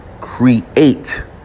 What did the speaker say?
create